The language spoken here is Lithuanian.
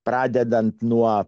pradedant nuo